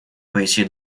пойти